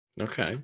Okay